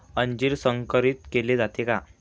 अंजीर संकरित केले जाते का?